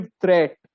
threat